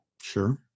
Sure